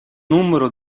numero